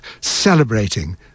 celebrating